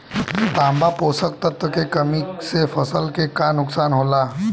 तांबा पोषक तत्व के कमी से फसल के का नुकसान होला?